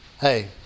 Hey